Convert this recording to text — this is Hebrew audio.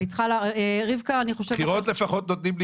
תודה רבה.